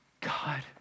God